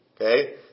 Okay